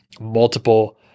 multiple